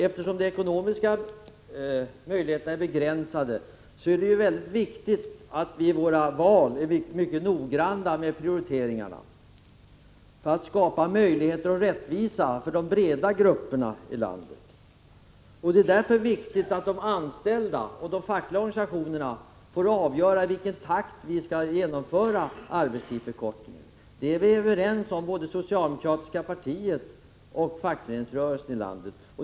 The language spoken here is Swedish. Eftersom de ekonomiska möjligheterna är begränsade måste vi vara mycket noggranna med prioriteringarna när det gäller att skapa möjligheter till rättvisa för de breda grupperna i landet. Det är därför viktigt att de anställda och de fackliga organisationerna får avgöra i vilken takt arbetstidsförkortningen skall genomföras. Om den saken är det socialdemokratiska partiet och fackföreningsrörelsen överens.